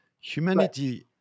humanity